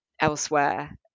elsewhere